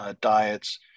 diets